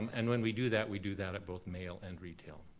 um and when we do that, we do that at both mail and retail.